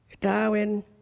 Darwin